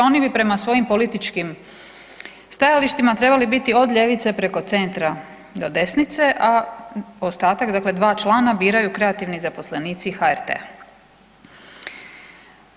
Oni bi prema svojim političkim stajalištima trebali biti od ljevice preko centra do desnice, a ostatak dakle 2 člana biraju kreativni zaposlenici HRT-a.